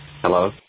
Hello